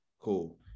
cool